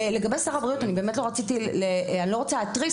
לגבי שר הבריאות - אני באמת לא רוצה להתריס,